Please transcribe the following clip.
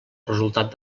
resultat